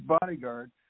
bodyguard